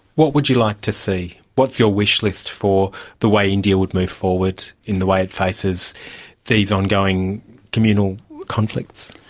what would you like to see? what's your wish list for the way india would move forward in the way it faces these ongoing communal conflicts?